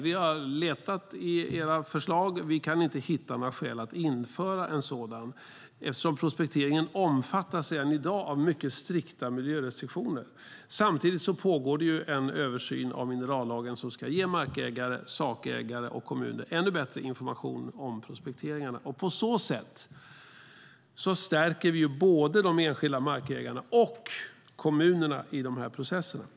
Vi har letat i era förslag, och vi kan inte hitta några skäl att införa en sådan eftersom prospekteringen redan i dag omfattas av mycket strikta miljörestriktioner. Samtidigt pågår det en översyn av minerallagen som ska ge markägare, sakägare och kommuner ännu bättre information om prospekteringarna. På så sätt stärker vi både de enskilda markägarna och kommunerna i de här processerna.